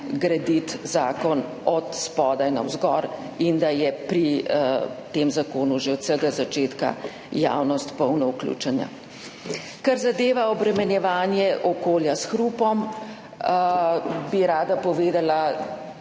graditi zakon od spodaj navzgor in je pri tem zakonu že od vsega začetka javnost polno vključena. Kar zadeva obremenjevanje okolja s hrupom, bi rada povedala,